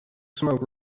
smoke